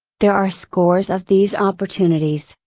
there are scores of these opportunities,